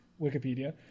Wikipedia